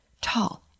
tall